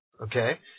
okay